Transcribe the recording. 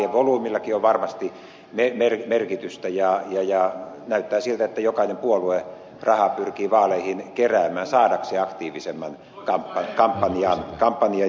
vaalien volyymilläkin on varmasti merkitystä ja näyttää siltä että jokainen puolue rahaa pyrkii vaaleihin keräämään saadakseen aktiivisemman kampanjan